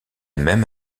même